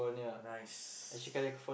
nice